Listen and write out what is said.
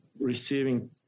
receiving